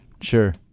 Sure